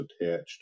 attached